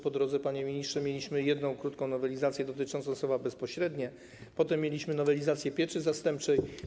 Po drodze, panie ministrze, mieliśmy jedną krótką nowelizacje dotyczącą słowa ˝bezpośrednie˝, potem mieliśmy nowelizację pieczy zastępczej.